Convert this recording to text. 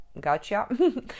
gotcha